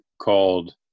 called